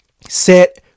Set